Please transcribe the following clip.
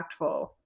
impactful